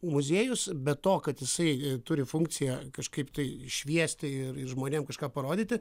muziejus be to kad jisai turi funkciją kažkaip tai šviesti ir žmonėm kažką parodyti